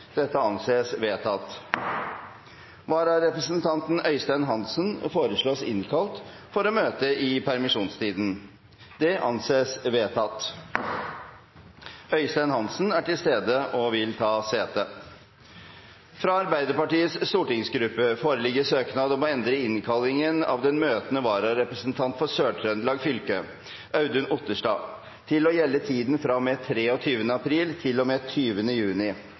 Vararepresentanten, Øystein Hansen, innkalles for å møte i permisjonstiden. Øystein Hansen er til stede og vil ta sete. Fra Arbeiderpartiets stortingsgruppe foreligger søknad om å endre innkallingen av den møtende vararepresentant for Sør-Trøndelag fylke, Audun Otterstad, til å gjelde i tiden fra og med 23. april til og med 20. juni,